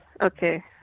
Okay